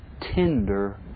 tender